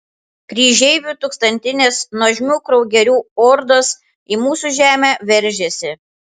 kryžeivių tūkstantinės nuožmių kraugerių ordos į mūsų žemę veržiasi